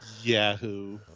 Yahoo